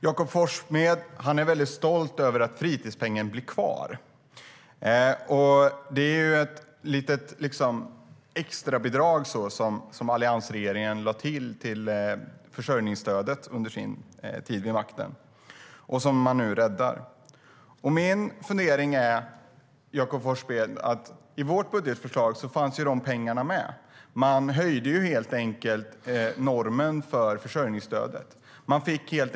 Jakob Forssmed är stolt över att fritidspengen blir kvar. Det är ett litet extrabidrag som alliansregeringen lade till försörjningsstödet under sin tid vid makten och som de nu räddar. I vårt budgetförslag, Jakob Forssmed, fanns de pengarna med. Normen för försörjningsstödet höjdes helt enkelt.